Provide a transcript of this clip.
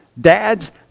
Dads